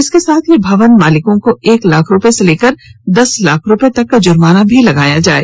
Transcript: इसके साथ ही भवन मालिकों को एक लाख रूपये से लेकर दस लाख रूपये तक जुर्माना भी लगाया जाये